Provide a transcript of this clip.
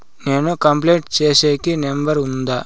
నేను కంప్లైంట్ సేసేకి నెంబర్ ఉందా?